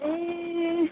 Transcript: ए